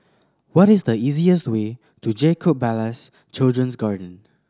what is the easiest way to Jacob Ballas Children's Garden